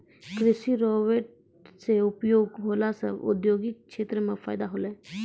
कृषि रोवेट से उपयोग होला से औद्योगिक क्षेत्र मे फैदा होलै